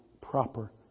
proper